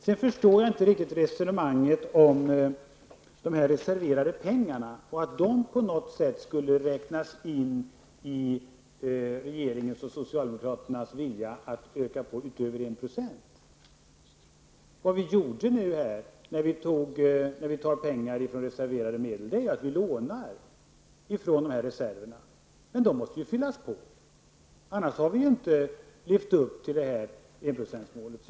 Jag förstår inte riktigt resonemanget om de reserverade pengarna och att de på något sätt skulle räknas in i regeringens och socialdemokraternas vilja att öka på utöver 1 %. Det vi gör när vi tar pengar från reserverade medel är att vi lånar från reserverna. Men de måste fyllas på. Annars lever vi inte upp till enprocentsmålet.